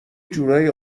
جورایی